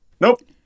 Nope